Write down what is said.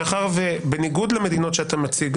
מאחר שבניגוד למדינות שאתה מציג,